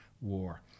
war